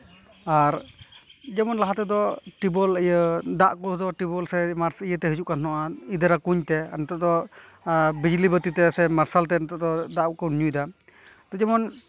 ᱟᱨ ᱡᱮᱢᱚᱱ ᱞᱟᱦᱟ ᱛᱮᱫᱚ ᱴᱤᱭᱩᱵᱽᱚᱭᱮᱞ ᱤᱭᱟᱹ ᱫᱟᱜ ᱴᱤᱭᱩᱵᱽᱚᱭᱮᱞ ᱨᱮ ᱥᱮ ᱤᱭᱟᱹᱛᱮ ᱦᱟᱡᱩᱜ ᱠᱟᱱ ᱛᱟᱦᱮᱱᱚᱜᱼᱟ ᱤᱱᱫᱟᱨᱟ ᱠᱩᱧ ᱛᱮ ᱟᱨ ᱱᱤᱛᱳᱜ ᱫᱚ ᱵᱤᱡᱽᱞᱤ ᱵᱟᱹᱛᱤ ᱥᱮ ᱢᱟᱨᱥᱟᱞ ᱛᱮ ᱫᱟᱜ ᱠᱚ ᱱᱤᱛᱳᱜ ᱫᱚᱢ ᱧᱩᱭᱫᱟ ᱡᱮᱢᱚᱱ